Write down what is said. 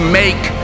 make